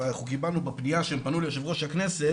אבל אנחנו קיבלנו בפנייה שהם פנו ליושב ראש הכנסת,